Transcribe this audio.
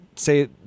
say